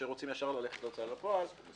כשרוצים ישר ללכת להוצאה לפועל.